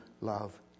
love